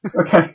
Okay